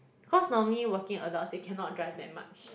cause normally working adults they cannot drive that much